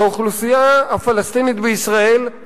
והאוכלוסייה הפלסטינית מאוד מעוניינת,